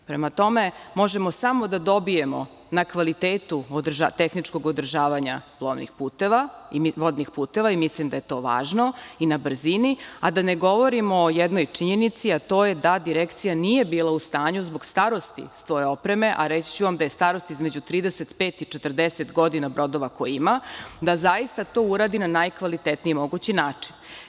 Prema tome, možemo samo da dobijemo na kvalitetu tehničkog održavanja plovnih puteva i vodnih puteva, i mislim da je to važno, i na brzini, a da ne govorimo o jednoj činjenici a to je da Direkcija nije bila u stanju zbog starosti svoje opreme, a reći ću vam da je starost između 35 i 40 godina brodova koje ima, da zaista to uradi na najkvalitetniji mogući način.